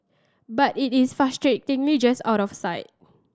but it is out of sight